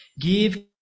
Give